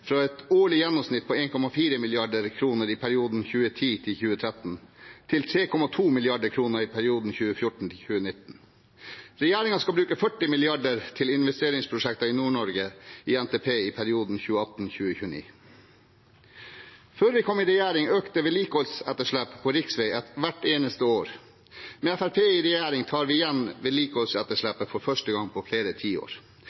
fra et årlig gjennomsnitt på 1,4 mrd. kr i perioden 2010–2013 til 3,2 mrd. kr i perioden 2014–2019. Regjeringen skal bruke 40 mrd. kr til investeringsprosjekter i Nord-Norge i NTP i perioden 2018–2029. Før vi kom i regjering, økte vedlikeholdsetterslepet på riksveiene hvert eneste år. Med Fremskrittspartiet i regjering tar vi igjen